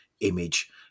image